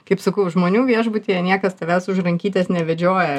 kaip sakau žmonių viešbutyje niekas tavęs už rankytės nevedžioja